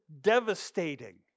devastating